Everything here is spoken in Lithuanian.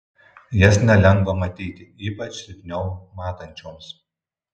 jas nelengva matyti ypač silpniau matančioms